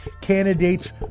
candidates